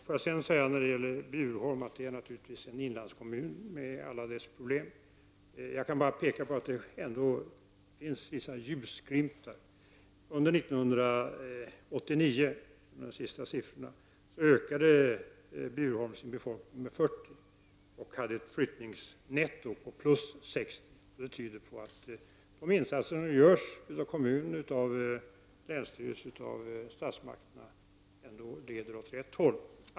Får jag sedan när det gäller Bjurholm säga att det naturligtvis är en liten inlandskommun med alla dess problem. Jag kan bara påpeka att det ändå finns vissa ljusglimtar. Under 1989, som den senaste statistiken gäller, ökade kommunens befolkning med 40 och hade ett flyttningsnetto på plus 60. Det betyder att de insatser som görs av kommunen, länsstyrelsen och statsmakterna ändå vridit utvecklingen åt rätt håll.